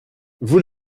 vous